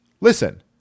listen